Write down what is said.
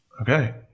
Okay